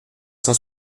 cent